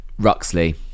Ruxley